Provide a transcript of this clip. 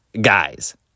guys